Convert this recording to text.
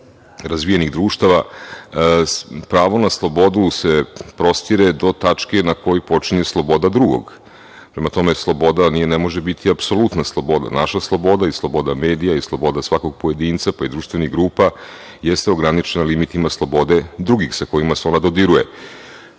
razvijenih društava pravo na slobodu se prostire do tačke na kojoj počinje sloboda drugog. Prema tome, sloboda ni ne može biti apsolutna sloboda. Naša sloboda i sloboda medija i sloboda svakog pojedinca, pa i društvenih grupa jeste ograničena limitima slobode drugih sa kojima se ona dodiruje. Drugim